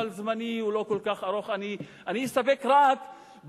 אבל זמני לא כל כך ארוך ואני אסתפק רק בחוסר